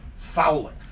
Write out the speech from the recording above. Fouling